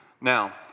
Now